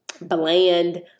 bland